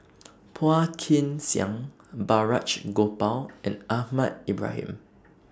Phua Kin Siang Balraj Gopal and Ahmad Ibrahim